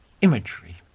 Imagery